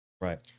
right